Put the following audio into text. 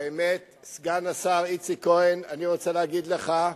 האמת, סגן השר איציק כהן, אני רוצה להגיד לך,